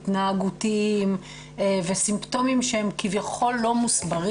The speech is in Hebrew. התנהגותיים וסימפטומים שהם כביכול לא מוסברים